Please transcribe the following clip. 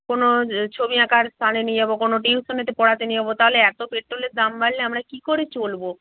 কোনও যে ছবি আঁকার স্থানে নিয়ে যাব কোনও টিউশনিতে পড়াতে নিয়ে যাব তাহলে এত পেট্রোলের দাম বাড়লে আমরা কী করে চলব